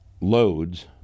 loads